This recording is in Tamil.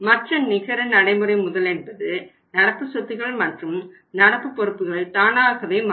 மற்ற நிகர நடைமுறை முதல் என்பது நடப்பு சொத்துகள் மற்றும் நடப்பு பொறுப்புகள் தானாகவே மாறும்